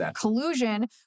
collusion